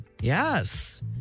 Yes